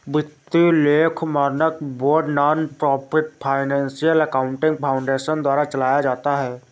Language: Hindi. वित्तीय लेखा मानक board nonprofit financial accounting foundation द्वारा चलाया जाता है